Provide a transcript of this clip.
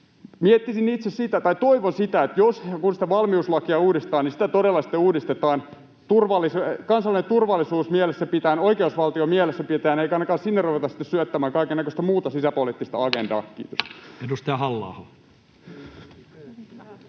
miettiä sen mukaan. Itse toivon sitä, että jos ja kun sitä valmiuslakia uudistetaan, niin sitä todella sitten uudistetaan kansallinen turvallisuus mielessä pitäen ja oikeusvaltio mielessä pitäen eikä ainakaan sinne ruveta sitten syöttämään kaikennäköistä muuta sisäpoliittisista agendaa.